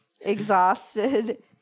exhausted